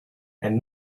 and